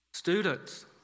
Students